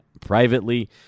privately